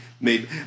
made